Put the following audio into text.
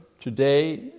today